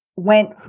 went